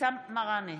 אבתיסאם מראענה,